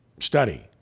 study